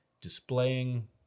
displaying